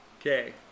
Okay